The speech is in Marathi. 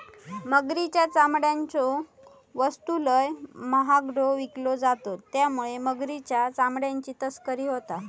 मगरीच्या चामड्याच्यो वस्तू लय महागड्यो विकल्यो जातत त्यामुळे मगरीच्या चामड्याची तस्करी होता